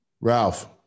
Ralph